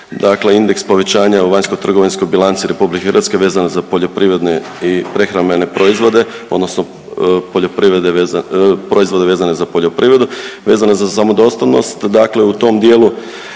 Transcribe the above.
indeks povećanja u vanjsko-trgovinskoj bilanci Republike Hrvatske vezano za poljoprivredne i prehrambene proizvode, odnosno proizvode vezane za poljoprivredu, vezane za samodostatnost.